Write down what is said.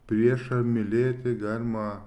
priešą mylėti galima